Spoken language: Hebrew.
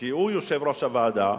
כי הוא יושב-ראש הוועדה.